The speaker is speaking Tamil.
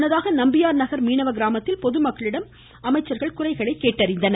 முன்னதாக நம்பியார் நகர் மீனவ கிராமத்தில் பொதுமக்களிடம் குறைகளை அமைச்சர்கள் கேட்டறிந்தனர்